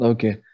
Okay